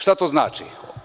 Šta to znači?